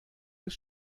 des